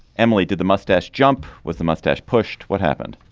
emily did the mustache jump with the mustache pushed. what happened